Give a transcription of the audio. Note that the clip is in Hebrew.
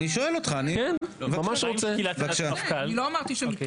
אני חייבת לומר שזה